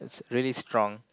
is really strong